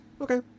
Okay